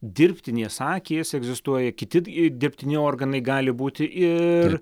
dirbtinės akys egzistuoja kiti dirbtiniai organai gali būti ir